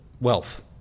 wealth